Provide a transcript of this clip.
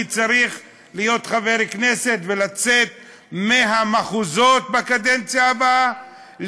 אני צריך להיות חבר כנסת ולצאת מהמחוזות בקדנציה הבאה,